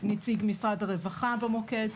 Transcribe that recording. נציג משרד הרווחה במוקד.